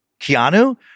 Keanu